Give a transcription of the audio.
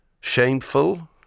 shameful